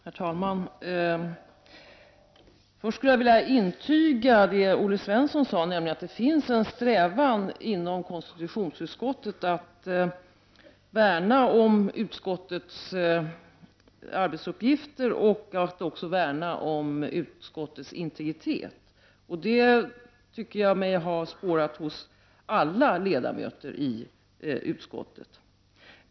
Herr talman! Först skulle jag vilja intyga det Olle Svensson sade, nämligen att det finns en strävan inom konstitutionsutskottet att värna om utskottets arbetsuppgifter och att också värna om utskottets integritet. Det tycker jag mig ha spårat hos alla ledamöter i utskottet.